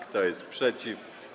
Kto jest przeciw?